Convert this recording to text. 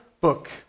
book